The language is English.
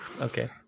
Okay